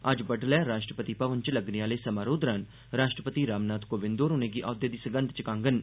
अज्ज बडलै राश्ट्रपति भवन च लगने आले समारोह् दरान राश्ट्रपति रामनाथ कोविंद होर उनेंगी औह्दे दी सगंघ चुक्कांगन